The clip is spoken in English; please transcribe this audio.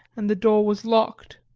and the door was locked.